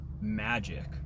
magic